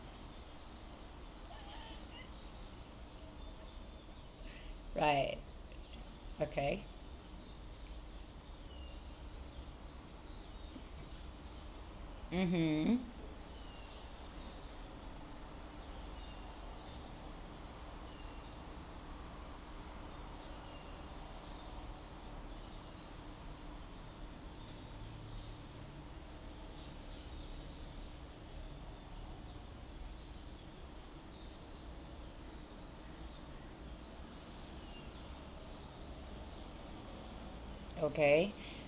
right okay mmhmm okay